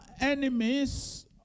enemies